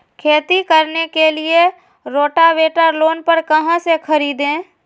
खेती करने के लिए रोटावेटर लोन पर कहाँ से खरीदे?